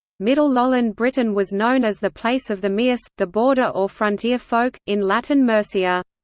middle-lowland britain was known as the place of the mierce, the border or frontier folk, in latin mercia.